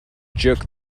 jerk